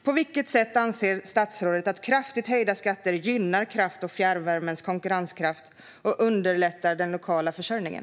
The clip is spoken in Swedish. På vilket sätt anser statsrådet att kraftigt höjda skatter gynnar kraft och fjärrvärmens konkurrenskraft och underlättar den lokala försörjningen?